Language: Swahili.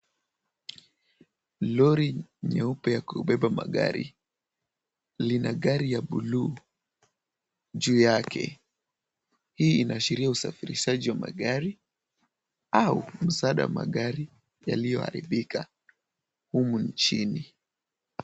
Lori nyeupe ya kubeba magari. Lina gari ya blue juu yake. Hii inaashiria usafirishaji wa magari au msaada wa magari yaliyoharibika humu nchini.